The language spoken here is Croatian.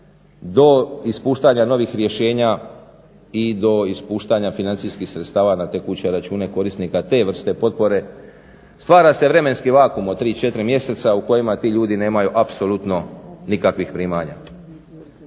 do ispuštanja novih rješenja i do ispuštanja financijskih sredstavana tekuće račune korisnika te vrste potpore. Stvara se vremenski vakuum od tri, četiri mjeseca u kojima ti ljudi nemaju apsolutno nikakvih primanja.